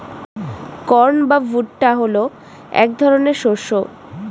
corn বা ভুট্টা হলো এক ধরনের শস্য